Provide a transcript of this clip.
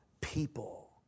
people